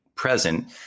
present